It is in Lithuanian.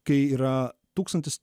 kai yra tūkstantis